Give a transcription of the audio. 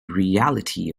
reality